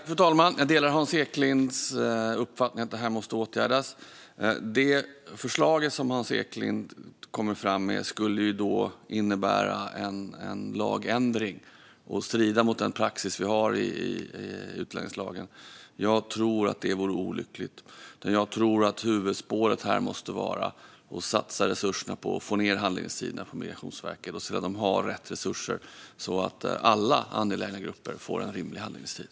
Fru talman! Jag delar Hans Eklinds uppfattning om att det här måste åtgärdas. Det förslag som han kommer med skulle innebära en lagändring och strida mot den praxis vi har i utlänningslagen. Det vore olyckligt. Huvudspåret måste vara att satsa resurserna på att få ned handläggningstiderna på Migrationsverket och se till att de har rätt resurser så att alla angelägna grupper får en rimlig handläggningstid.